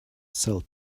sell